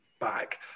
back